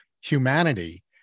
humanity